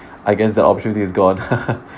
I guess the options is gone